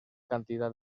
cantidad